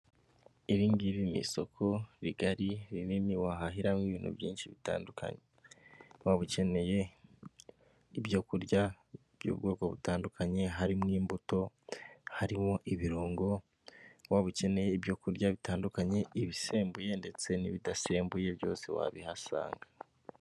Iringiri ni isoko bigari rinini wahahiramo ibintu byinshi bitandukanye, waba ukeneye ibyokurya by'ubwoko butandukanye, harimo imbuto, harimo ibirungo, waba ukeneye ibyokurya bitandukanye, ibisembuye ndetse n'ibidasembuye byose wabihasanga.